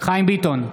חיים ביטון,